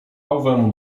owemu